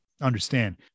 understand